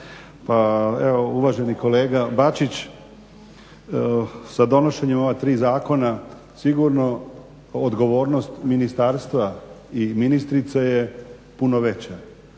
uvaženi kolega Bačić sa donošenjem ovih tri zakona sigurno odgovornost ministarstva i ministrice je puno veća